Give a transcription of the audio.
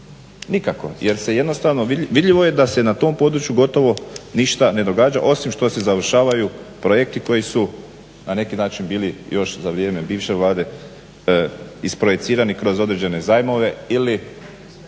Nikako, jer se jednostavno, vidljivo je da se na tom području gotovo ništa ne događa osim što se završavaju projekti koji su na neki način bili još za vrijeme bivše Vlade isprojicirani kroz određene zajmove ili